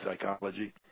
psychology